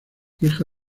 hija